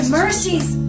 mercies